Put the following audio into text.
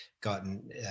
gotten